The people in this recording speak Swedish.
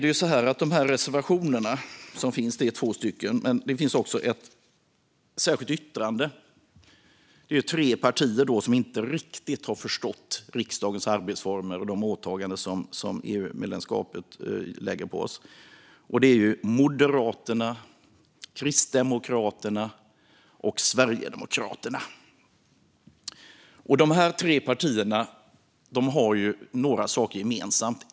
Det finns två reservationer i betänkandet, men det finns också ett särskilt yttrande. Det är alltså tre partier som inte riktigt har förstått riksdagens arbetsformer och de åtaganden som EU-medlemskapet innebär för oss. Det gäller Moderaterna, Kristdemokraterna och Sverigedemokraterna. De tre partierna har några saker gemensamt.